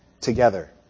together